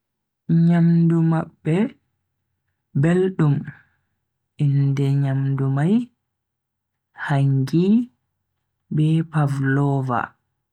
Nyamdu mabbe beldum, inde nyamdu mai hangi be pavlova,